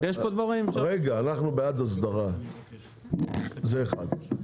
אנחנו בעד הסדרה, זה אחד.